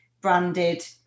branded